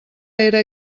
era